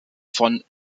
von